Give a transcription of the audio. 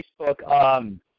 Facebook